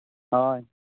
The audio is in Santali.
ᱦᱳᱭ